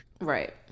Right